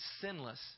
sinless